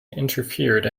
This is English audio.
interfered